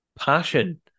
Passion